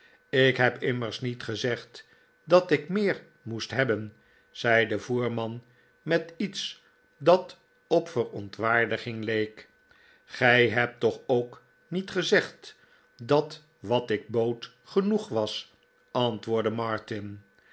ik heb immers niet gezegd dat ik meer moest hebben zei de voerman met iets dat op verontwaardiging leek gij hebt toch ook niet gezegd dat wat ik bood genoeg was antwoordde martin